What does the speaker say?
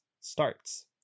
starts